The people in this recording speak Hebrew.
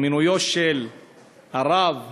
של הרב